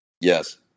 Yes